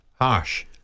Harsh